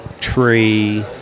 Tree